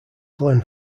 glenn